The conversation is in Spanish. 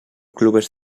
clubes